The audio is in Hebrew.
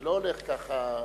זה לא הולך ככה,